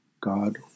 God